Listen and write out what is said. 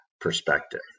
perspective